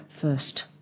first